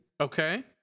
Okay